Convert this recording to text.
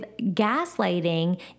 gaslighting